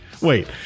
Wait